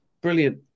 Brilliant